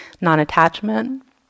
non-attachment